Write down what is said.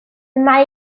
mae